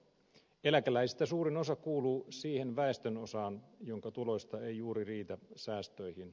eläkeläisistä suurin osa kuuluu siihen väestönosaan jonka tuloista ei juuri riitä säästöihin